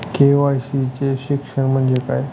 KYC चे शिक्षण म्हणजे काय?